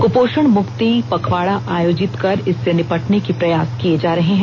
कृपोषण मुक्ति पखवाड़ा आयोजत कर इससे निपटने के प्रयास किये जा रहे हैं